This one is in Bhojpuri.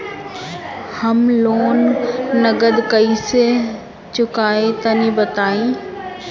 हम लोन नगद कइसे चूकाई तनि बताईं?